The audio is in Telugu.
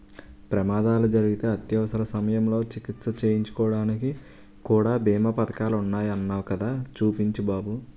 ప్రమాదాలు జరిగితే అత్యవసర సమయంలో చికిత్స చేయించుకోడానికి కూడా బీమా పదకాలున్నాయ్ అన్నావ్ కదా చూపించు బాబు